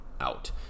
out